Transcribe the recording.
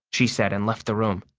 she said, and left the room.